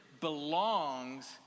belongs